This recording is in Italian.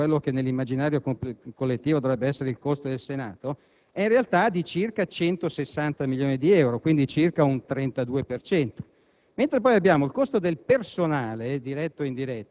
il costo complessivo dei senatori, quello cioè che nell'immaginario collettivo dovrebbe essere il costo del Senato, è pari a circa 160 milioni di euro (quindi circa al 32